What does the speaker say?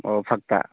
ꯑꯣ ꯐꯛꯇ